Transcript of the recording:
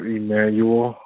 Emmanuel